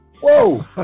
Whoa